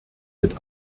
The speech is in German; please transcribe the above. mit